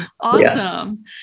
Awesome